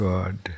God